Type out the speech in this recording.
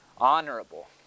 honorable